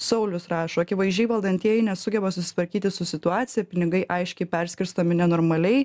saulius rašo akivaizdžiai valdantieji nesugeba susitvarkyti su situacija pinigai aiškiai perskirstomi nenormaliai